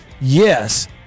Yes